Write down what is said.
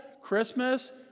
Christmas